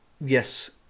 Yes